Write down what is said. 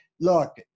look